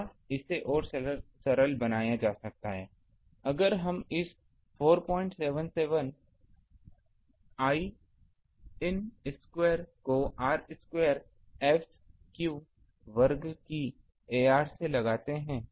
या इसे और सरल बनाया जा सकता है अगर हम इस 477 Iin स्क्वायर को r स्क्वायर F स्क्वायर की ar से लगाते हैं